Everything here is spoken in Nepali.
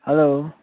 हेलो